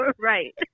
right